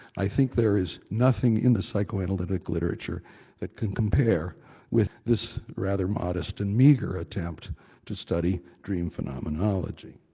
i think there is nothing in the psychoanalytic literature that can compare with this rather modest and meagre attempt to study dream phenomenonology.